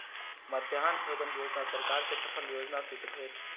मध्याह्न भोजन योजना सरकार के सफल योजना सिद्ध भेल